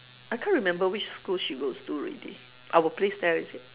I can't remember which school she goes to already our place there is it